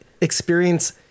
experience